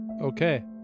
Okay